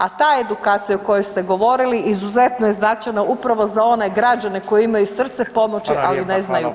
A ta edukacija o kojoj ste govorili izuzetno je značajna upravo za one građane koji imaju srce pomoći, ali ne znaju kako.